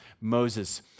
Moses